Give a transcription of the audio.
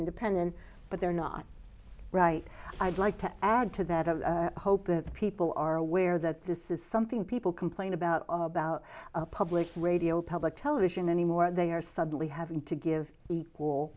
independent but they're not right i'd like to add to that i hope that people are aware that this is something people complain about about public radio public television anymore they are suddenly having to give equal